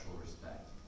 respect